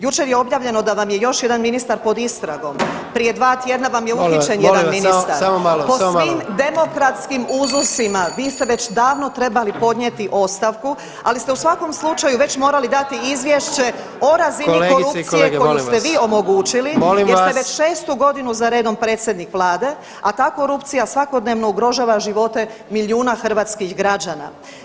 Jučer je objavljeno da vam je još jedan ministar pod istragom, prije dva tjedna vam je uhićen jedan ministar [[Upadica: Molim vas, molim vas, samo, samo malo, samo malo]] Po svim demokratskim uzusima vi ste već davno trebali podnijeti ostavku, ali ste u svakom slučaju već morali dati izvješće o razini korupcije koju ste vi omogućili [[Upadica: Kolegice i kolege molim vas, molim vas]] jer ste već 6-tu godinu za redom predsjednik vlade, a ta korupcija svakodnevno ugrožava živote milijuna hrvatskih građana.